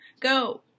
go